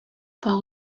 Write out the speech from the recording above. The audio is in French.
pas